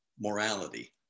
morality